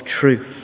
truth